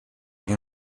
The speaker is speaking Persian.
این